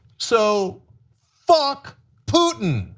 so fuck putin.